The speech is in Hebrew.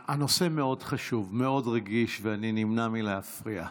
הנושא מאוד חשוב, מאוד רגיש, ואני נמנע מלהפריע.